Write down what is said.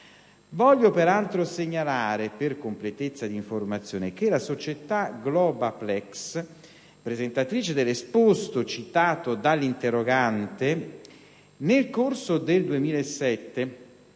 Voglio peraltro segnalare, per completezza di informazione, che la società Globalplex, presentatrice dell'esposto citato dall'interrogante, nel corso del 2007,